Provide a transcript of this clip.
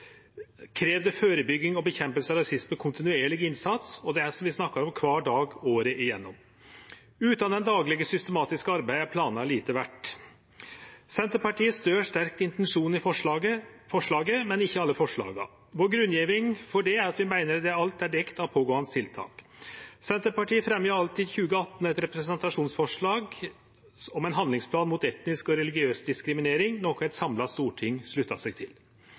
som vi snakkar om, kvar dag året igjennom. Utan det daglege, systematiske arbeidet er planar lite verde. Senterpartiet støttar sterkt intensjonen i forslaget, men ikkje alle forslaga. Grunngjevinga for det er at vi meiner det allereie er dekt av pågåande tiltak. Senterpartiet fremja alt i 2018 eit representantforslag om ein handlingsplan mot etnisk og religiøs diskriminering – noko eit samla storting slutta seg til.